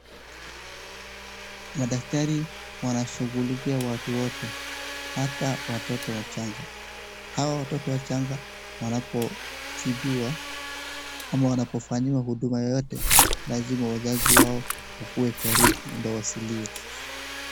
Madaktari wanasgughulikia watu wote hata watoto wachanga hawa watoto wachanga wanapotibiwa ama wanapofanyiwa huduma yeyote lazima wazazi wao wakue karibu ndo wasilie .